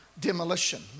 Demolition